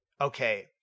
Okay